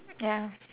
ya